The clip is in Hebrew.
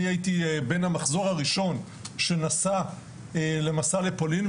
אני הייתי בין המחזור הראשון שנסע למסע לפולין.